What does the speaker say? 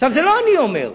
את זה לא אני אומר.